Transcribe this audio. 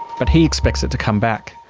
but he expects it to come back.